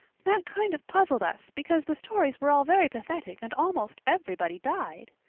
that kind of puzzled us because the stories were all very pathetic and almost everybody died.